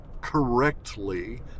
correctly